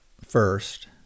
first